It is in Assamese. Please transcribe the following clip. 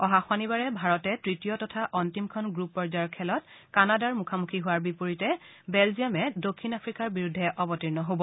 অহা শনিবাৰে ভাৰতে তৃতীয় তথা অন্তিমখন গ্ৰুপ পৰ্যায়ৰ খেলত কানাডাৰ মুখামুখি হোৱাৰ বিপৰীতে বেলজিয়ামে দক্ষিণ আফ্ৰিকাৰ বিৰুদ্ধে অৱতীৰ্ণ হব